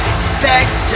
suspect